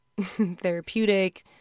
therapeutic